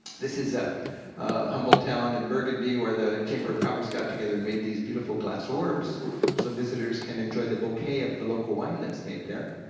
this is a humble town in burgundy where the chamber of commerce got together and make these beautiful glass orbs so visitors can enjoy the bouquet of the local wine that's made there,